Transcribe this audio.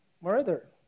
Murder